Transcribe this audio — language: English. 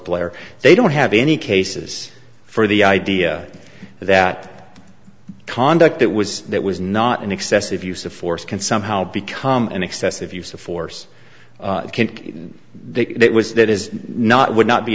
blair they don't have any cases for the idea that conduct that was that was not an excessive use of force can somehow become an excessive use of force and they could it was that is not would not be